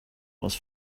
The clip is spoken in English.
was